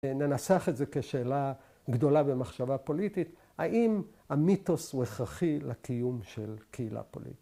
‫ננסח את זה כשאלה גדולה ‫במחשבה פוליטית, ‫האם המיתוס הוא הכרחי ‫לקיום של קהילה פוליטית?